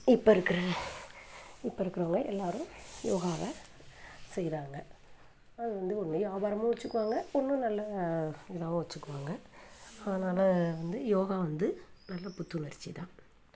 இப்போ இருக்கிற இப்போ இருக்கிறவங்க எல்லோரும் யோகாவை செய்கிறாங்க அது வந்து உண்மையே ஆதாரமும் வெச்சுக்குவாங்க இன்னும் நல்லா ஞாபகம் வெச்சுக்குவாங்க அதனால வந்து யோகா வந்து நல்ல புத்துணர்ச்சி தான்